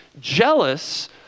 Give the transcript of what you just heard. jealous